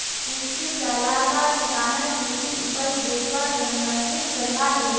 कृषि सलाहकार किसानक कृषि उपज बेचवार संबंधित सलाह दिले